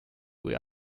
kui